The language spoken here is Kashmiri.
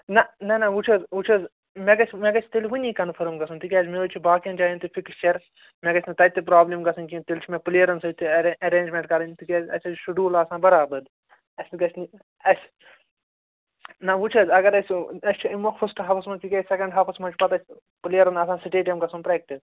نہَ نہَ نہَ وُچھ حظ وُچھِ حظ مےٚ گَژھِ مےٚ گَژھِ تیٚلہِ وُنی کَنفٲرٕم گَژھُن تِکیٛازِ مےٚ حظ چھُ باقِین جایَن تہِ فِکِسچَر مےٚ گَژِھ نہٕ تَتہِ تہِ پرابٛلِم گَژٕھنۍ کیٚنٛہہ تیٚلہِ چھُ مےٚ پُلیرَن سۭتۍ تہِ اے ایٚرینجمینٛٹ کَرٕنۍ تِکیٛازِ اسہِ حظ چھِ شُڈوٗل آسان برابر اَسہِ گَژِھ نہٕ اَسہِ نہٕ وُچھ حظ اگر اَسہِ اَسہِ چھِ اَمہِ مۄکھٕ فٕسٹ ہافَس منٛز تِکیٛازِ سیٚکَنڈ ہافَس منٛز چھُ پتہٕ اَسہِ پُلیرَن آسان سِٹیڈیَم گَژھُن پرٛیکٹِس